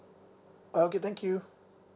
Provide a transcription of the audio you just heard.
okay thank you